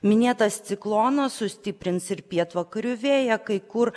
minėtas ciklonas sustiprins ir pietvakarių vėją kai kur